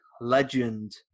Legend